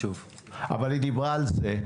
שוב --- אבל היא דיברה על זה,